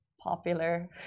popular